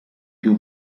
più